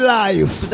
life